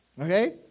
Okay